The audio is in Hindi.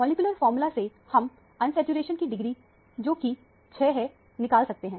मॉलिक्यूलर फार्मूल से हम अनसैचुरेशन की डिग्री जो कि 6 है निकाल सकते हैं